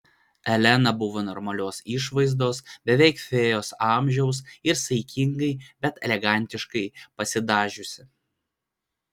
elena buvo normalios išvaizdos beveik fėjos amžiaus ir saikingai bet elegantiškai pasidažiusi